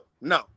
no